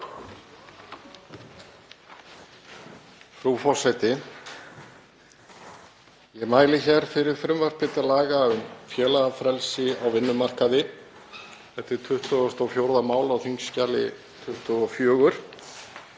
Frú forseti. Ég mæli hér fyrir frumvarpi til laga um félagafrelsi á vinnumarkaði. Þetta er 24. mál á þskj. 24.